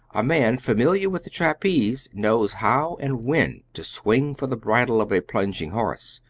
a man familiar with the trapeze knows how and when to spring for the bridle of a plunging horse.